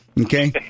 Okay